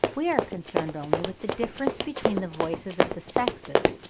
we are concerned only with the difference between the voices of the sexes,